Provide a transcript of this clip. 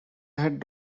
head